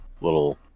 little